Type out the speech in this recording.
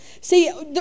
See